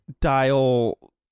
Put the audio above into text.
dial